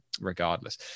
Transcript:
regardless